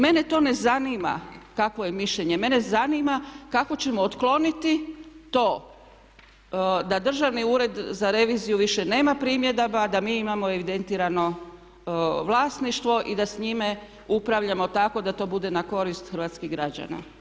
Mene to ne zanima kakvo je mišljenje, mene zanima kako ćemo otkloniti to da Državni ured za reviziju više nema primjedaba, da mi imamo evidentirano vlasništvo i da s njime upravljamo tako da to bude na korist hrvatskih građana.